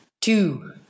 two